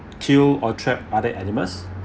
kill or trap other animals